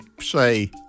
say